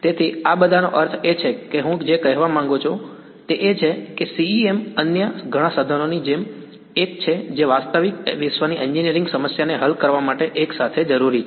તેથી આ બધાનો અર્થ એ છે કે હું જે કહેવા માંગુ છું તે એ છે કે CEM અન્ય ઘણા સાધનોની જેમ એક છે જે વાસ્તવિક વિશ્વની એન્જિનિયરિંગ સમસ્યાને હલ કરવા માટે એકસાથે જરૂરી રહેશે